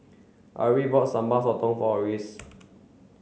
Ari bought Sambal Sotong for Orris